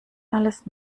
alles